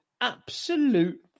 absolute